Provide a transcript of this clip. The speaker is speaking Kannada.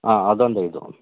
ಆಂ ಅದೊಂದು ಐದು